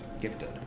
gifted